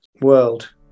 world